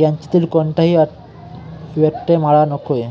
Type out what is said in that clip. यांच्यातील कोणाही व्यत्यय माळा नको आहे